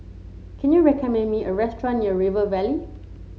can you recommend me a restaurant near River Valley